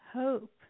hope